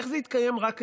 איך זה מתקיים רק אצלו?